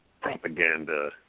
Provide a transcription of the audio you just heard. propaganda